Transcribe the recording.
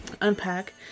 unpack